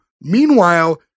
meanwhile